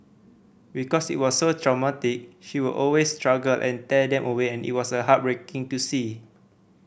because it was so traumatic she would always struggle and tear them away and it was heartbreaking to see